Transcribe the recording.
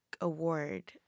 award